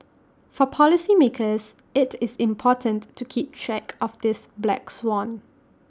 for policymakers IT is important to keep track of this black swan